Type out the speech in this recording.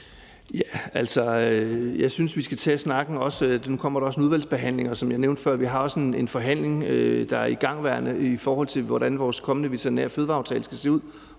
Jeg synes, vi skal tage snakken. Nu kommer der også en udvalgsbehandling, og som jeg nævnte før, har vi også en forhandling, der er igangværende, i forhold til hvordan vores kommende veterinær- og fødevareaftale skal se ud,